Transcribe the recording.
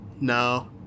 No